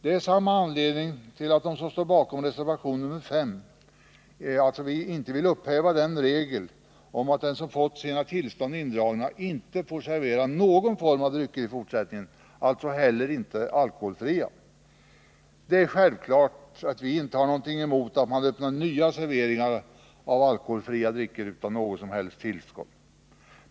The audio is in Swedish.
Det är av samma anledning som de som står bakom reservation nr 5 inte vill upphäva regeln om att den som fått sina tillstånd indragna inte får servera någon form av drycker, alltså inte heller alkoholfria. Det är självklart att vi inte har något emot att man öppnar nya serveringar för alkoholfria drycker utan något som helst tillstånd.